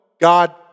God